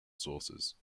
sources